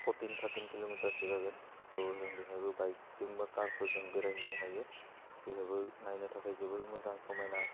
fourteen thirteen किलमिटारसो जागोन थ' जों बेहायबो बाइकजों बा कारफोरजों बेरायहैनो हायो बेहायबो नायनो थाखाय जोबोर मोजां समायना